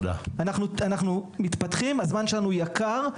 אנחנו מתפתחים, הזמן שלנו יקר.